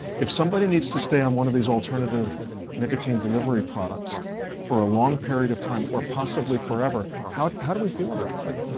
if somebody needs to stay on one of these alternative nicotine delivery products for a long period of time, or possibly forever, how how do we feel about that?